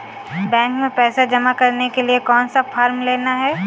Bank में पैसा जमा करने के लिए कौन सा फॉर्म लेना है?